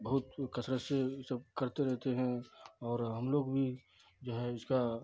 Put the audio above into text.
بہت کثرت سے یہ سب کرتے رہتے ہیں اور ہم لوگ بھی جو ہے اس کا